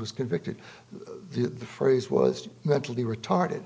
was convicted the phrase was mentally retarded